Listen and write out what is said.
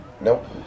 Nope